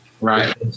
Right